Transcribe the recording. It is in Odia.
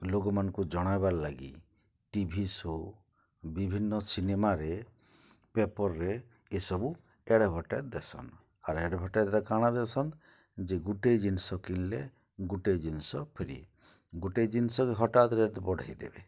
ଲୋକମାନ୍କୁ ଜଣାବାର୍ ଲାଗି ଟି ଭି ସୋ ବିଭିନ୍ନ ସିନେମାରେ ପେପର୍ରେ ଇସବୁ ଆଡ଼୍ଭାଟାଇଜ୍ ଦେସନ୍ ଆର୍ ଆଡ଼୍ଭାଟାଇଜ୍ରେ କାଣା ଦେସନ୍ କି ଗୁଟେ ଜିନିଷ କିଣିଲେ ଗୁଟେ ଜିନିଷ ଫ୍ରି ଗୁଟେ ଜିନିଷକେ ହଠାତ୍ ରେଟ୍ ବଢ଼େଇଦେବେ